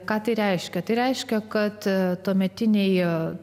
ką tai reiškia tai reiškia kad tuometinėje